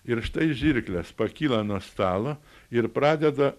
ir štai žirklės pakyla nuo stalo ir pradeda